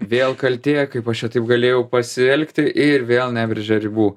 vėl kaltė kaip aš čia taip galėjau pasielgti ir vėl nebrėžia ribų